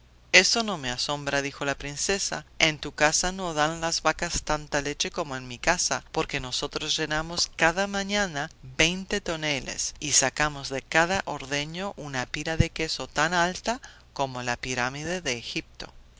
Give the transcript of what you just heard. eso no me asombra dijo la princesa en tu casa no dan las vacas tanta leche como en mi casa porque nosotros llenamos cada mañana veinte toneles y sacamos de cada ordeño una pila de queso tan alta como la pirámide de egipto